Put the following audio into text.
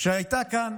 שהייתה כאן